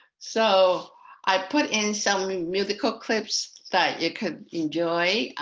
so i put in some musical clips that you can enjoy.